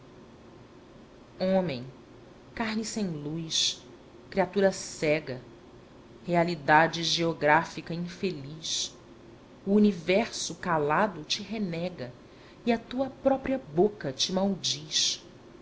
sois homem carne sem luz criatura cega realidade geográfica infeliz o universo calado te renega e a tua própria boca te maldiz